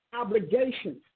obligations